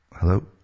Hello